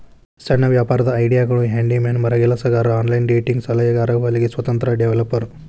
ಸಣ್ಣ ವ್ಯಾಪಾರದ್ ಐಡಿಯಾಗಳು ಹ್ಯಾಂಡಿ ಮ್ಯಾನ್ ಮರಗೆಲಸಗಾರ ಆನ್ಲೈನ್ ಡೇಟಿಂಗ್ ಸಲಹೆಗಾರ ಹೊಲಿಗೆ ಸ್ವತಂತ್ರ ಡೆವೆಲಪರ್